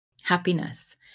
happiness